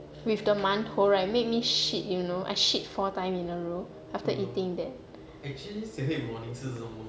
with the 馒头 right made me shit you know I shit four time in a row after eating that